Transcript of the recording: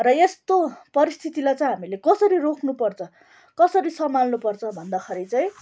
र यस्तो परिस्थितिलाई चाहिँ हामीले कसरी रोक्नु पर्छ कसरी सम्हाल्नुपर्छ भन्दाखेरी चाहिँ